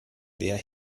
wer